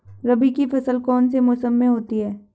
रबी की फसल कौन से मौसम में होती है?